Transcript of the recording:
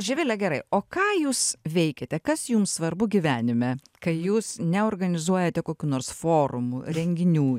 živile gerai o ką jūs veikiate kas jums svarbu gyvenime kai jūs neorganizuojate kokių nors forumų renginių